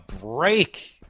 break